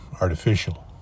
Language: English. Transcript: artificial